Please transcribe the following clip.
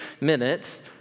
minutes